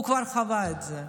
הוא כבר חווה את זה.